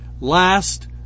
last